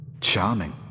Charming